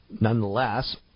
Nonetheless